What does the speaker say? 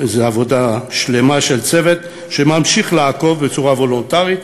זאת עבודה שלמה של צוות שממשיך לעקוב בצורה וולונטרית